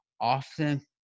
often